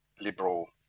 liberal